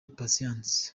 patient